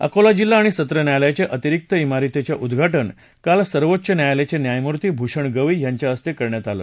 अकोला जिल्हा आणि सत्र न्यायालयाच अितिरिक्त इमारतीचे उद्घाटन काल सर्वोच्च न्यायालयाच स्पायमूर्ती भूषण गवई यांच्या हस्ता करण्यात आलं